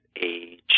age